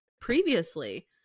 previously